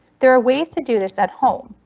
there are ways to do this at home.